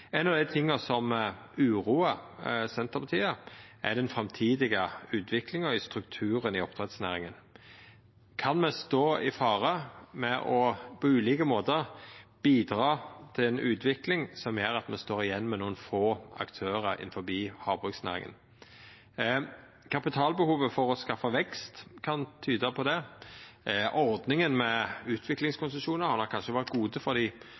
Ein av dei tinga som uroar Senterpartiet, er den framtidige utviklinga i strukturen i oppdrettsnæringa. Kan me stå i fare for på ulike måtar å bidra til ei utvikling som gjer at me står att med nokre få aktørar innanfor havbruksnæringa? Kapitalbehovet for å skapa vekst kan tyda på det. Ordninga med utviklingskonsesjonar har nok kanskje vore god for